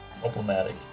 Problematic